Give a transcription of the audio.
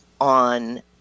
on